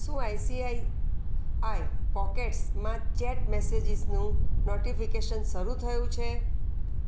શું આઈસીઆઈઆઈ પોકેટ્સમાં ચેટ મેસેજીસનું નોટીફીકેશન શરુ થયું છે